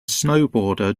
snowboarder